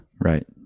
Right